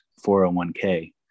401k